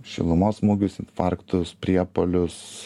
šilumos smūgius infarktus priepuolius